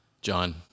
John